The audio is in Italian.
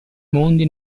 mondi